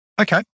Okay